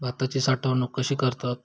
भाताची साठवूनक कशी करतत?